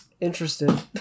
interested